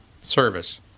service